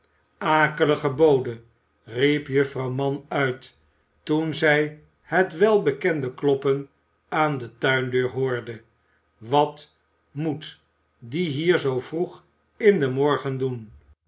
akelige bode riep juffrouw mann uit toen zij het welbekende kloppen aan de tuindeur hoorde wat moet die hier zoo vroeg in den morgen doen